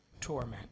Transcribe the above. torment